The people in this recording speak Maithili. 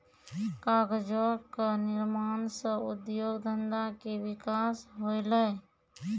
कागजो क निर्माण सँ उद्योग धंधा के विकास होलय